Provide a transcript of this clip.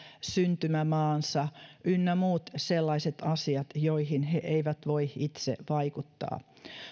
syntymämaansa ynnä muut sellaiset asiat joihin he eivät voi itse vaikuttaa